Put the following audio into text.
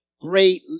great